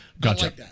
Gotcha